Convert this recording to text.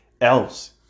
else